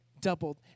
doubled